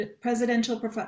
presidential